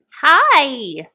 hi